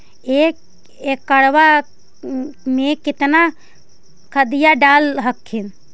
एक एकड़बा मे कितना खदिया डाल हखिन?